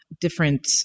Different